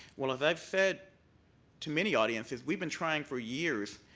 well, as i've said to many audiences, we've been trying for years,